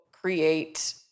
create